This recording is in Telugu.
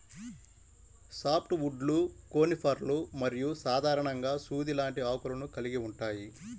సాఫ్ట్ వుడ్లు కోనిఫర్లు మరియు సాధారణంగా సూది లాంటి ఆకులను కలిగి ఉంటాయి